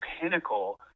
pinnacle